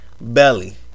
belly